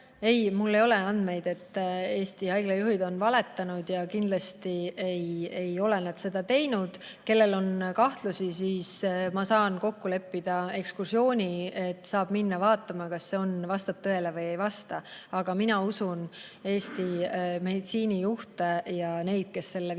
Ei, mul ei ole andmeid, et Eesti haiglajuhid on valetanud. Kindlasti ei ole nad seda teinud. Kellel on kahtlusi, neile ma saan kokku leppida ekskursiooni. Saab minna vaatama, kas see vastab tõele või ei vasta. Aga mina usun Eesti meditsiinijuhte ja kõiki neid, kes selle viirusega